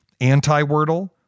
anti-wordle